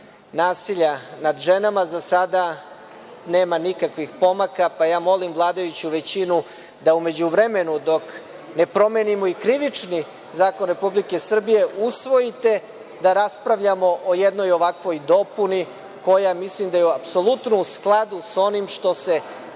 nasilja nad ženama. Za sada nema nikakvih pomaka, pa ja molim vladajuću većinu da u međuvremenu, dok ne promenimo i krivični zakon Republike Srbije, usvojite da raspravljamo o jednoj ovakvoj dopuni koja mislim da je apsolutno u skladu sa onim što se